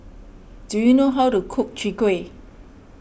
do you know how to cook Chwee Kueh